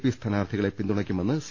P സ്ഥാനാർത്ഥികളെ പിന്തുണ യ്ക്കുമെന്ന് സി